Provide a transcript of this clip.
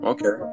Okay